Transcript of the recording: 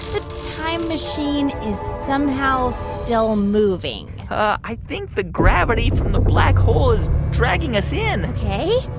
the time machine is somehow still moving i think the gravity from the black hole is dragging us in ok.